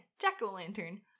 jack-o'-lantern